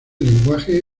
lenguaje